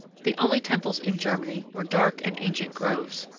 the only temples in germany were dark and ancient groves,